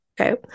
Okay